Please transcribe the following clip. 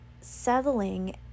settling